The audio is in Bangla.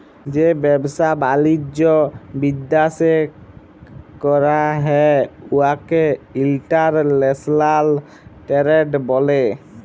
যে ব্যবসা বালিজ্য বিদ্যাশে ক্যরা হ্যয় উয়াকে ইলটারল্যাশলাল টেরেড ব্যলে